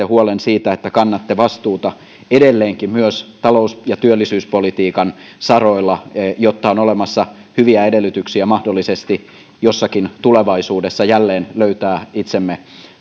huolen siitä että kannatte vastuuta edelleenkin myös talous ja työllisyyspolitiikan saroilla jotta on olemassa hyviä edellytyksiä mahdollisesti jossakin tulevaisuudessa jälleen löytää itsemme